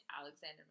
Alexander